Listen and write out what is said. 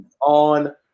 on